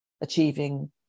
achieving